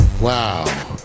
Wow